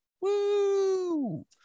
Woo